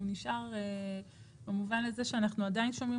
הוא נשאר במובן הזה שאנחנו עדיין שומעים